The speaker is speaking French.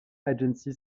agency